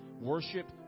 worship